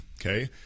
okay